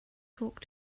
talk